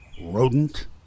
rodent